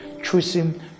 choosing